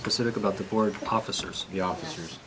specific about the board officers the officers